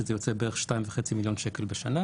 שזה יוצא בערך 2.5 מיליון שקלים בשנה,